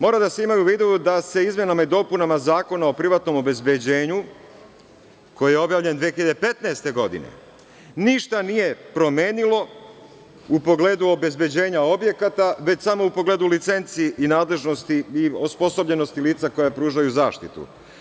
Mora da se ima i u vidu da se izmenama i dopunama Zakona o privatnom obezbeđenju, koji je objavljen 2015. godine, ništa nije promenilo u pogledu obezbeđenja objekata, već samo u pogledu licenci, nadležnosti i osposobljenosti lica koja pružaju zaštitu.